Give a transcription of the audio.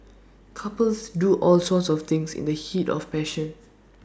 couples do all sorts of things in the heat of passion